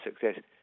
success